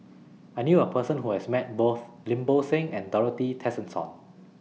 I knew A Person Who has Met Both Lim Bo Seng and Dorothy Tessensohn